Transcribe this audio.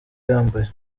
yambaye